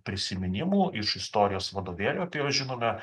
prisiminimų iš istorijos vadovėlių apie juos žinome